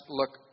look